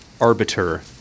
arbiter